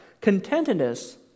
contentedness